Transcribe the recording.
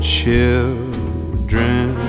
children